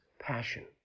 passion